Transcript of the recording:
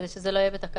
כדי שזה לא יהיה בתקנות.